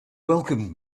welcomed